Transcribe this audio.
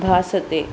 भासते